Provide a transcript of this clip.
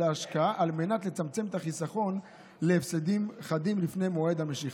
להשקעה על מנת לצמצם את הסיכון להפסדים חדים לפני מועד המשיכה,